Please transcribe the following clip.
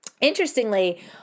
Interestingly